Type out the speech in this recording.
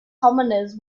commoners